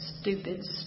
stupid